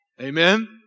Amen